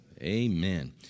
Amen